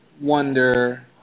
wonder